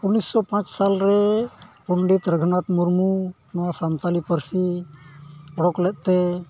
ᱩᱱᱤᱥᱥᱚ ᱯᱟᱸᱪ ᱥᱟᱞ ᱨᱮ ᱯᱚᱸᱰᱤᱛ ᱨᱚᱜᱷᱩᱱᱟᱛᱷ ᱢᱩᱨᱢᱩ ᱱᱚᱣᱟ ᱥᱟᱱᱛᱟᱞᱤ ᱯᱟᱹᱨᱥᱤ ᱩᱰᱩᱠ ᱞᱮᱫᱛᱮᱭ